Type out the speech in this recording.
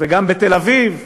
וגם בתל-אביב,